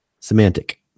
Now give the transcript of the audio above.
Semantic